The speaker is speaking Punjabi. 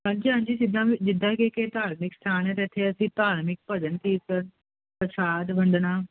ਹਾਂਜੀ ਹਾਂਜੀ ਜਿੱਦਾਂ ਜਿੱਦਾਂ ਕਿ ਧਾਰਮਿਕ ਸਥਾਨ ਇਥੇ ਅਸੀਂ ਧਾਰਮਿਕ ਭਜਨ ਕੀਰਤਨ ਪ੍ਰਸਾਦ ਵੰਡਣਾ ਧਿਆਨ ਜਿਵੇਂ ਕਿ ਅਸੀਂ ਉਹਨੂੰ